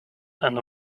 and